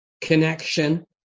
connection